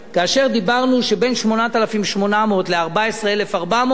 ואמרנו שבין 8,800 ל-14,400,